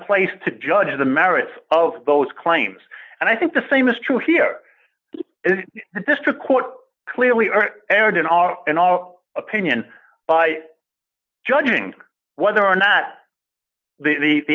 place to judge the merits of those claims and i think the same is true here at district court clearly are aired in our in our opinion by judging whether or not the